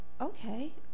Okay